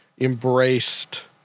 embraced